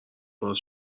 باز